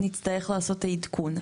נצטרך לעשות את העדכון.